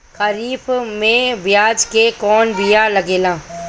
खरीफ में प्याज के कौन बीया लागेला?